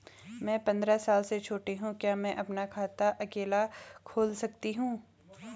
मैं पंद्रह साल से छोटी हूँ क्या मैं अपना खाता अकेला खोल सकती हूँ?